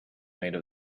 made